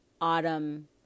autumn